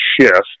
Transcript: shift